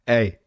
Hey